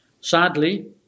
Sadly